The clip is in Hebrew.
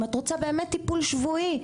אם את רוצה באמת טיפול שבועי,